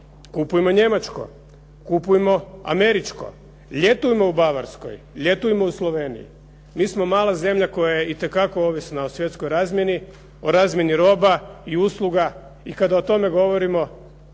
kupujmo njemačko, kupujmo američko, ljetujmo u Bavarskoj, ljetujmo u Sloveniji. Mi smo mala zemlja koja je itekako ovisna o svjetskoj razmjeni, o razmjeni roba i usluga i kada o tome govorimo